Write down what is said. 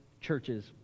churches